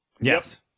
Yes